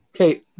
Okay